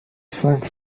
cinq